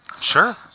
Sure